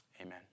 Amen